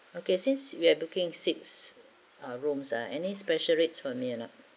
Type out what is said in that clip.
okay since we are booking six ah rooms ah any special rates for me or not